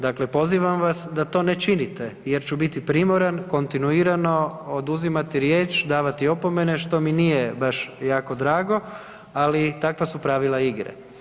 Dakle, pozivam vas da to ne činite jer ću biti primoran kontinuirano oduzimati riječ, davati opomene, što mi nije baš jako drago, ali takva su pravila igre.